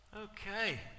Okay